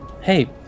hey